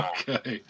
Okay